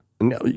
No